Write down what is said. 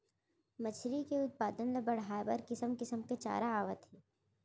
मछरी के उत्पादन ल बड़हाए बर किसम किसम के चारा आवत हे